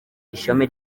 ishami